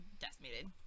decimated